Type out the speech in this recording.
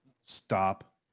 Stop